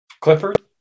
Clifford